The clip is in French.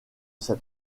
cet